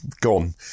gone